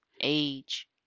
age